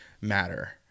matter